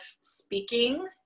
speaking